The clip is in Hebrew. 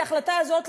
כי ההחלטה הזאת,